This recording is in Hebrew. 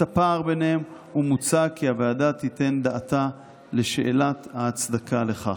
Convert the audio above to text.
הפער ביניהם ומוצע כי הוועדה תיתן דעתה לשאלת ההצדקה לכך".